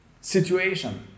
situation